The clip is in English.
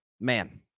Man